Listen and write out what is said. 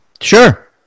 Sure